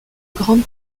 grande